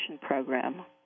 Program